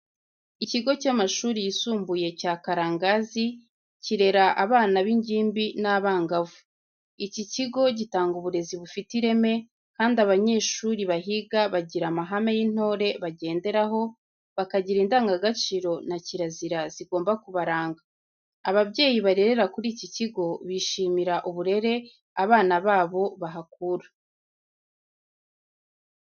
Ikigo cy'amashuri yisumbuye cya Karangazi kirera abana b'ingimbi n'abangavu. Iki kigo gitanga uburezi bufite ireme, kandi abanyeshuri bahiga bagira amahame y'intore bagenderaho, bakagira indangagaciro na kirazira zigomba kubaranga. Ababyeyi barerera kuri iki kigo bishimira uburere abana babo bahakura.